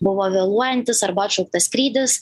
buvo vėluojantis arba atšauktas skrydis